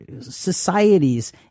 societies